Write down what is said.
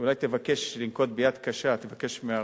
שאולי תבקש מהרשות